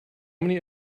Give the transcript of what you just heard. many